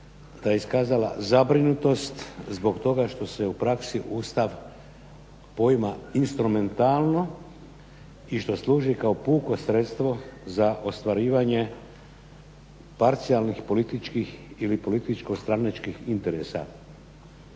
da je iskazala zabrinutost zbog toga što se u praksi Ustav poima instrumentalno i što služi kao puko sredstvo za ostvarivanje parcijalnih političkih ili političko-stranačkih interesa."